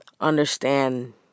understand